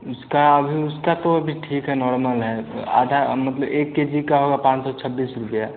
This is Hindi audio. इसका अभी उसका तो अभी ठीक है नार्मल है आधा मतलब एक के जी का पाँच सौ छब्बीस रुपया